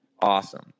awesome